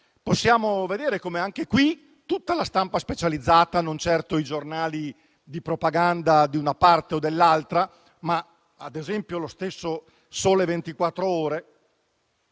Possiamo vedere che tutta la stampa specializzata - e non certo i giornali di propaganda di una parte o dell'altra, - ma, ad esempio, lo stesso «Il Sole 24 Ore»